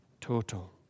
total